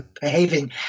behaving